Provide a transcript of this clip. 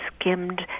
skimmed